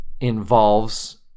involves